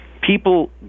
People